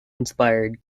inspired